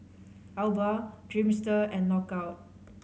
Alba Dreamster and Knockout